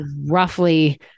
roughly